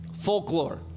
folklore